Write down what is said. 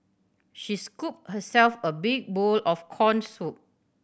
she scooped herself a big bowl of corn soup